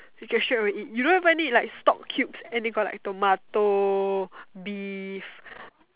you can straight away eat you don't even need like stock cubes and they got like tomato beef